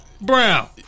Brown